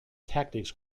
tactics